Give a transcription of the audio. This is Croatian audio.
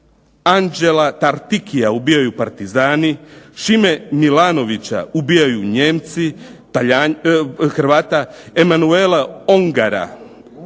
Anđela Tartikija ubijaju partizani, Šime Milanovića ubijaju Nijemci, Hrvata, Emanuela Ongara Talijana